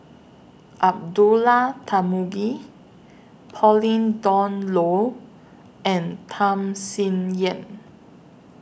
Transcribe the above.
Abdullah Tarmugi Pauline Dawn Loh and Tham Sien Yen